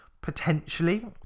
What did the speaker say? potentially